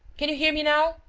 can you hear me now?